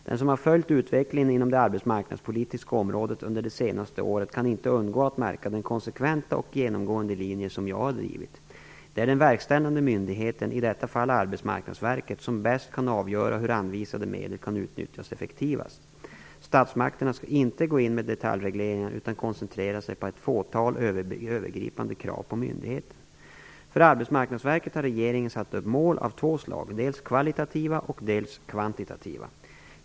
Den som har följt utvecklingen inom det arbetsmarknadspolitiska området under det senaste året kan inte undgå att märka den konsekventa och genomgående linje som jag har drivit: Det är den verkställande myndigheten, i detta fall Arbetsmarknadsverket, som bäst kan avgöra hur anvisade medel kan utnyttjas effektivast. Statsmakterna skall inte gå in med detaljregleringar utan koncentrera sig på ett fåtal övergripande krav på myndigheten. För Arbetsmarknadsverket har regeringen satt upp mål av två slag - dels kvalitativa, dels kvantitativa.